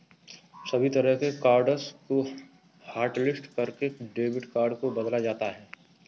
सभी तरह के कार्ड्स को हाटलिस्ट करके डेबिट कार्ड को बदला जाता है